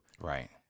right